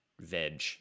veg